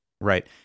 Right